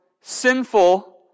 sinful